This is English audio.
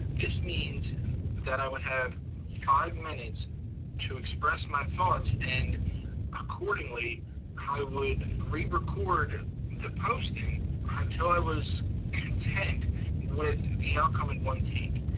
this means that i would have five minutes to express my thoughts, and accordingly i would re-record the posting until i was content with the outcome in one take.